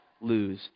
lose